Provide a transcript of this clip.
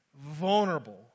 vulnerable